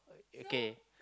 okay